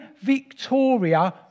Victoria